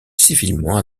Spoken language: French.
civilement